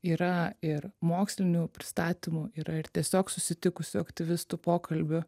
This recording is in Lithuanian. yra ir mokslinių pristatymų yra ir tiesiog susitikusių aktyvistų pokalbių